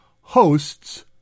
hosts